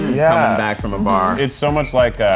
yeah back from a bar. it's so much like